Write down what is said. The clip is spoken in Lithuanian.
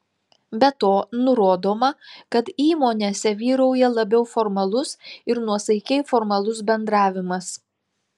be to nurodoma kad įmonėse vyrauja labiau formalus ir nuosaikiai formalus bendravimas